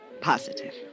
Positive